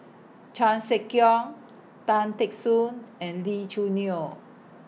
Chan Sek Keong Tan Teck Soon and Lee Choo Neo